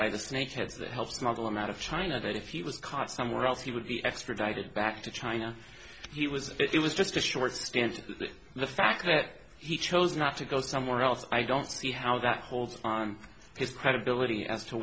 by the snakeheads that help smuggle him out of china that if you was caught somewhere else he would be extradited back to china he was it was just a short stance and the fact that he chose not to go somewhere else i don't see how that holds on his credibility as to